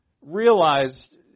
realized